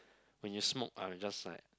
when you smoke are you just like